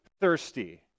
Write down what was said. thirsty